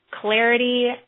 clarity